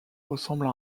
ressemble